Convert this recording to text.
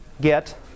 get